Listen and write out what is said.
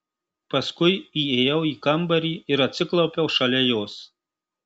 paskui įėjau į kambarį ir atsiklaupiau šalia jos